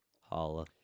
Holla